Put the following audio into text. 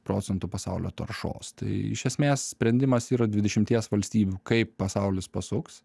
procentų pasaulio taršos tai iš esmės sprendimas yra dvidešimties valstybių kaip pasaulis pasuks